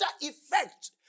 effect